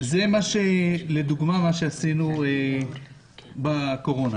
זה מה שעשינו בקורונה, לדוגמה.